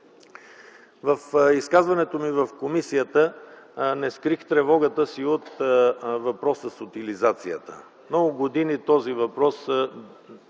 В изказването ми в комисията не скрих тревогата си от въпроса с утилизацията. Много години този въпрос